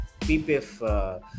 PPF